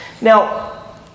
Now